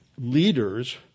leaders